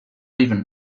even